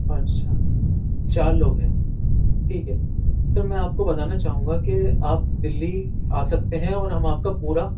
اچھا چار لوگ ہیں ٹھیک ہے سر میں آپ کو بتانا چاہوں گا کہ آپ دِلّی آ سکتے ہیں اور ہم آپ کا پورا